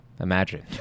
Imagine